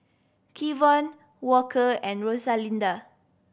Kevon Walker and Rosalinda